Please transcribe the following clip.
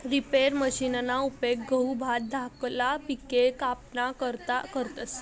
reaper मशिनना उपेग गहू, भात धाकला पिके कापाना करता करतस